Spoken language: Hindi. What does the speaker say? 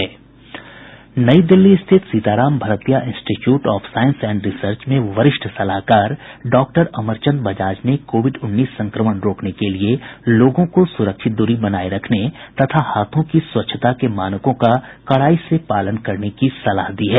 नई दिल्ली स्थित Sitaram Bhartia institute of science and research में वरिष्ठ सलाहकार डॉक्टर अमरचंद बजाज ने कोविड उन्नीस संक्रमण रोकने के लिए लोगों को सुरक्षित दूरी बनाये रखने तथा हाथों की स्वच्छता के मानकों का कड़ाई से पालन करने की सलाह दी है